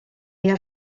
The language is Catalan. era